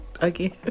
again